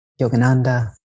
Yogananda